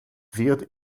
wird